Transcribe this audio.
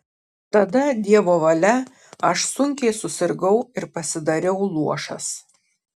tada dievo valia aš sunkiai susirgau ir pasidariau luošas